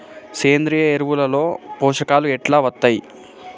సేంద్రీయ ఎరువుల లో పోషకాలు ఎట్లా వత్తయ్?